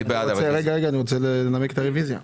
אני רוצה לנמק את הרביזיה.